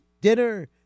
dinner